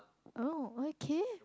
oh okay